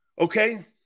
Okay